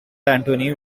antoine